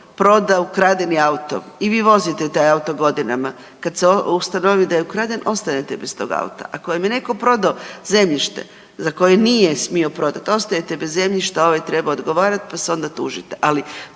proda ukradeni auto i vi vozite taj auto godinama, kad se ustanovi da je ukraden ostanete bez tog auta. Ako vam je netko prodao zemljište za koje nije smio prodat, ostajete bez zemljišta, a ovaj treba odgovarati pa se onda tužite, ali